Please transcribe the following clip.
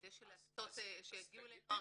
כדי שיגיעו אלינו הרצאות.